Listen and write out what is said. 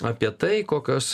apie tai kokios